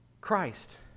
Christ